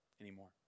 anymore